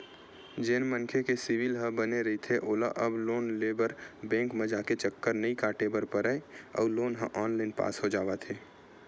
जेन मनखे के सिविल ह बने रहिथे ओला अब लोन लेबर बेंक म जाके चक्कर नइ काटे बर परय अउ लोन ह ऑनलाईन पास हो जावत हे